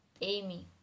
Amy